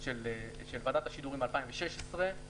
של ועדת השידורים מ-2016.